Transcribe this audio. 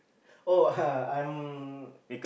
oh I'm